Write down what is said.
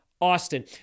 Austin